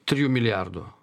trijų milijardų